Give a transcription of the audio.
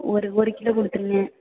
ஒரு ஒரு கிலோ கொடுத்துருங்க